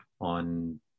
on